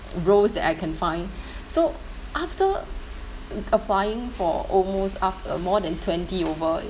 roles that I can find so after applying for almost aft~ uh more than twenty over